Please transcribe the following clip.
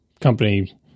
company